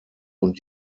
und